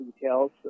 details